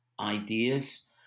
Ideas